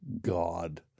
God